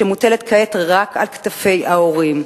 שמוטלת כעת רק על כתפי ההורים.